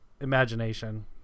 imagination